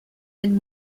and